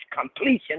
completion